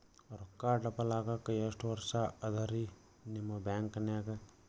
ರೊಕ್ಕ ಡಬಲ್ ಆಗಾಕ ಎಷ್ಟ ವರ್ಷಾ ಅದ ರಿ ನಿಮ್ಮ ಬ್ಯಾಂಕಿನ್ಯಾಗ?